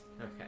Okay